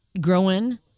growing